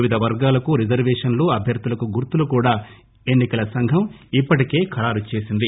వివిధ వర్గాలకు రిజర్వేషన్లు అభ్యర్థులకు గుర్తులు కూడా ఎన్నికల సంఘం ఇప్పటికే ఖరారు చేసింది